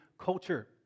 culture